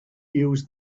use